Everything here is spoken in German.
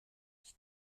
ich